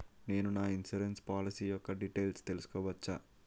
నేను నా insurance policy యెక్క డీటైల్స్ తెల్సుకోవచ్చా?